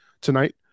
tonight